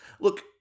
Look